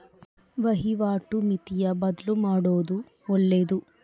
ವಹಿವಾಟು ಮಿತಿನ ಬದ್ಲುಮಾಡೊದು ಒಳ್ಳೆದು